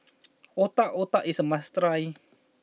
Otak Otak is a must try